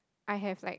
I have like